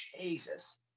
Jesus